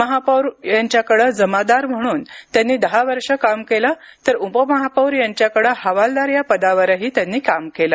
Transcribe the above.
महापौर यांच्याकडे जमादार म्हणून त्यांनी दहा वर्षे काम केले तर उपमहापौर यांच्याकडे हवालदार या पदावरही त्यांनी काम केले